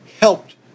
helped